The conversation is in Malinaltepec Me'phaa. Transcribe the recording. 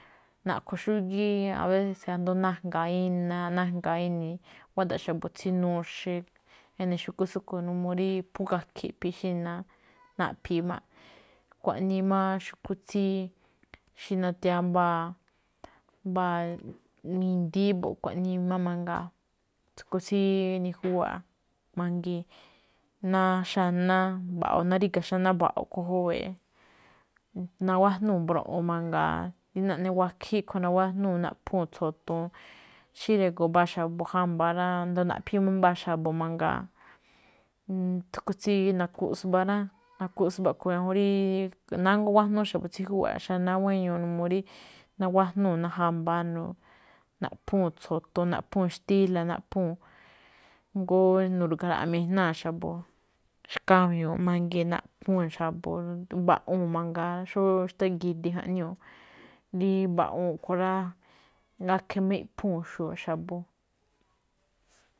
Naꞌkhon xúgíí, abeses asndo najnga̱a̱ inaaꞌ, najnga̱a̱ ini̱i̱ guáda̱ꞌ xa̱bo̱ tsí nuxi, ene̱ xu̱kú tsúꞌkuén. N uu rí phú gakhe̱ iꞌphii̱ xí ná naꞌphi̱i̱ máꞌ. Xkuaꞌnii máꞌ xu̱kú xí nathiyáá mbáa, mbáa i̱ndi̱í mbo̱ꞌ, xkuaꞌnii máꞌ mangaa̱. Xu̱kú tsí nijúwa̱ꞌ mangiin, ná xanáá, mba̱ꞌo̱ ná ríga̱ xaná mba̱ꞌo̱ a̱ꞌkhue̱n jówe̱e̱ꞌ, nagájnúu̱ mbroꞌon mangaa, rí naꞌne wakhíí a̱ꞌkhue̱n nagájnúu̱ naꞌphuu̱n tso̱toon. Xí ngrigo̱o̱ mbáa xa̱bo̱ ná jamba̱a̱ rá, asndo naꞌphii̱ máꞌ mbáa xa̱bo̱ mangaa. xu̱kú tsí nakuꞌsmbaꞌ rá, nakuꞌsmbaꞌ a̱ꞌkhue̱n ñajuun rí nánguá igájnúú xa̱bo̱ tsí júwa̱ꞌ xanáá guéño, n uu ri nagájnuu̱ ná jamba̱a̱, naꞌphúu̱n tso̱toon, naꞌphúu̱n xtíla̱, naꞌphúu̱n. Jngó narua raꞌa mijnáa̱ xa̱bo̱. Xkabiu̱ún mangii̱n naꞌphuu̱n xa̱bo̱, mba̱ꞌu̱u̱n mangaa xó, xtángidi jaꞌñúu̱, rí mba̱ꞌu̱u̱n a̱ꞌkhue̱n rá, gakhe̱ má i̱ꞌphu̱ún xa̱bo̱.